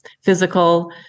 physical